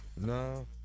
No